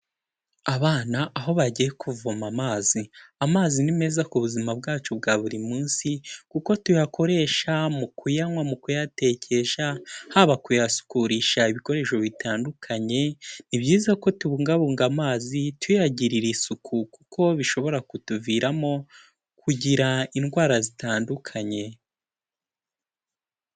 Abana aho bagiye kuvoma amazi. Amazi ni meza ku buzima bwacu bwa buri munsi, kuko tuyakoresha mu kuyanywa, mu kuyatekesha, haba kuyasukurisha ibikoresho bitandukanye. Ni byiza ko tubungabunga amazi tuyagirira isuku kuko bishobora kutuviramo kugira indwara zitandukanye.